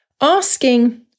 asking